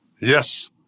Yes